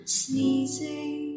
sneezing